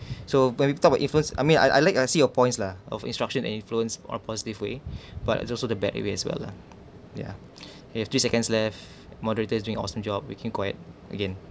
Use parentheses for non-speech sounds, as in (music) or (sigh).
(breath) so when we talk about influence I mean I I like I see your points lah of instruction and influence are positive way (breath) but it's also the bad way as well lah yeah (breath) we have three seconds left moderators are doing awesome job we can quiet again